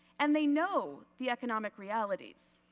and they know the economic realities.